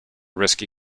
risky